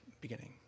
beginning